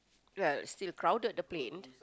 well still crowded the plane